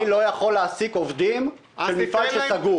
אני לא יכול להעסיק עובדים במפעל סגור.